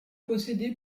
posséder